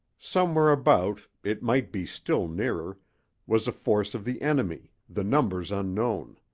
somewhere about it might be still nearer was a force of the enemy, the numbers unknown.